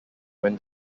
when